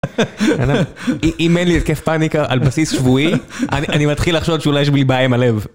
אם אין לי התקף פאניקה על בסיס שבועי, אני אני מתחיל לחשוב שאולי יש לי בעיה עם הלב.